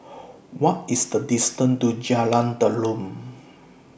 What IS The distance to Jalan Derum